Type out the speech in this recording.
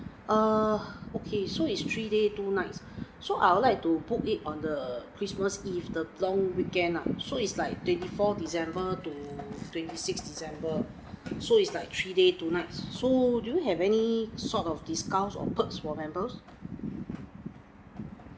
uh okay so is three day two nights so I would like to book it on the christmas eve the long weekend lah so it's like twenty four december to twenty six december so is like three day two nights so do you have any sort of discounts or perks for members